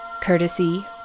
Courtesy